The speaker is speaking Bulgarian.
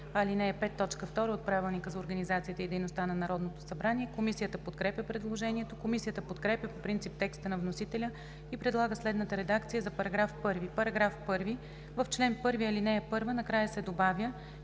ал. 5, т. 2 от Правилника за организацията и дейността на Народното събрание. Комисията подкрепя предложението. Комисията подкрепя по принцип текста на вносителя и предлага следната редакция за § 1: „§ 1. В чл. 1, ал. 1 накрая се добавя